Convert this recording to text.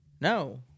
No